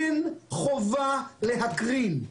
אין חובה להקרין.